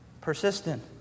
persistent